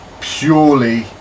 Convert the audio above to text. purely